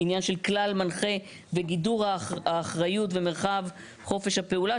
עניין של כלל מנחה בגידור האחריות ומרחב חופש הפעולה,